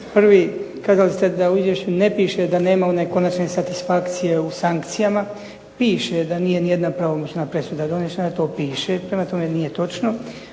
Prvi, kazali ste da u izvješću ne piše da nema one konačne satisfakcije u sankcijama. Piše da nije ni jedna pravomoćna presuda donešena. To piše. Prema tome, nije točno.